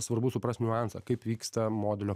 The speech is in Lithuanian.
svarbu suprast niuansą kaip vyksta modelio